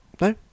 No